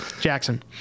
Jackson